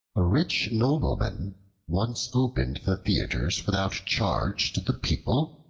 a rich nobleman once opened the theaters without charge to the people,